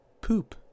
Poop